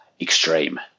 extreme